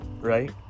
right